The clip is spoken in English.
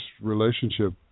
relationship